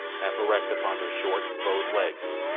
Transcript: half erect upon their short, bowed legs,